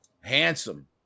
handsome